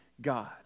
God